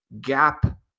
gap